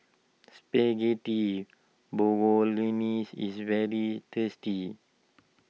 Spaghetti is very tasty